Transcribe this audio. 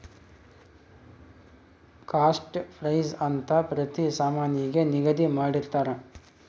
cost price ಅಂತ ಪ್ರತಿ ಸಾಮಾನಿಗೆ ನಿಗದಿ ಮಾಡಿರ್ತರ